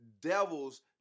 devils